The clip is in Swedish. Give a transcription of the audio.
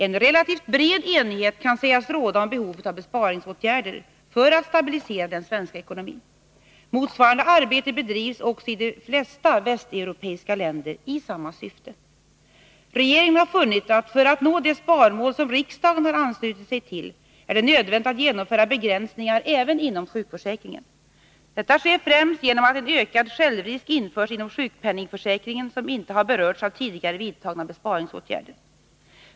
En relativt bred enighet kan sägas råda om behovet av besparingsåtgärder för att stabilisera den svenska ekonomin. Motsvarande arbete bedrivs också i de flesta västeuropeiska länder i samma syfte. Regeringen har funnit att det för att nå det sparmål som riksdagen har anslutit sig till är nödvändigt att genomföra begränsningar även inom sjukförsäkringen. Detta sker främst genom att en ökad självrisk införs inom sjukpenningförsäkringen, som inte har berörts av tidigare vidtagna besparingsåtgärder.